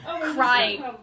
crying